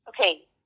okay